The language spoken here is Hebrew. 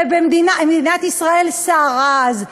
ומדינת ישראל סערה אז.